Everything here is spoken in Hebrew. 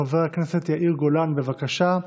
חבר הכנסת יאיר גולן, בבקשה.